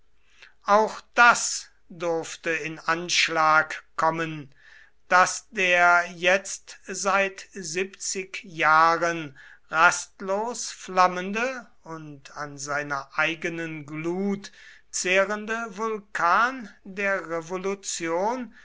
auch das durfte in anschlag kommen daß der jetzt seit siebzig jahren rastlos flammende und an seiner eigenen glut zehrende vulkan der revolution